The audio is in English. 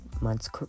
months